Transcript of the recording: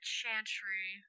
Chantry